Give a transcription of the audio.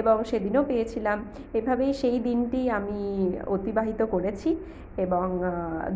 এবং সেদিনও পেয়েছিলাম এভাবেই সেই দিনটি আমি অতিবাহিত করেছি এবং